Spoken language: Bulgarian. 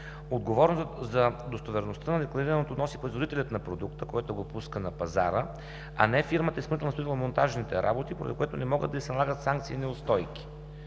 Отговорност за достоверността на декларираното носи производителят на продукта, който го пуска на пазара, а не фирмата изпълнител на строително-монтажните работи, поради което не могат да й се налагат санкции и неустойки.